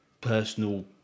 personal